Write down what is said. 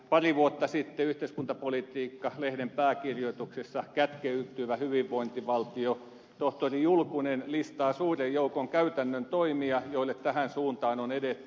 pari vuotta sitten yhteiskuntapolitiikka lehden pääkirjoituksessa kätkeytyvä hyvinvointivaltio tohtori julkunen listaa suuren joukon käytännön toimia joilla tähän suuntaan on edetty